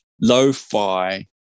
lo-fi